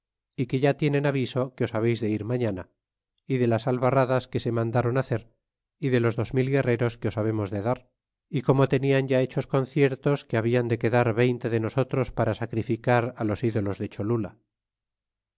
e que ya tienen aviso que os habeis de ir mafiatia y de las albarradas que se mandron hacer y de los dos mil guerreros que os babemos de dar é como tenian ya hechos conciertos que habian de quedar veinte de nosotros para sacrificar los ídolos de cholula